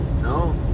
No